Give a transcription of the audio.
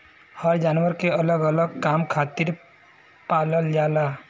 हर जानवर के अलग अलग काम खातिर पालल जाला